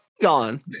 gone